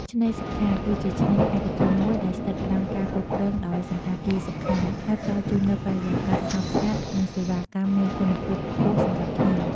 ឆ្នេរសុខា គឺជាឆ្នេរឯកជនមួយ ដែលស្ថិតក្រោមការគ្រប់គ្រងដោយសណ្ឋាគារសុខា ហើយផ្តល់ជូននូវបរិយាកាសស្ងប់ស្ងាត់ និងសេវាកម្មមានគុណភាពខ្ពស់សម្រាប់ភ្ញៀវ។